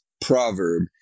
proverb